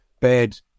bed